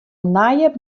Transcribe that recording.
nije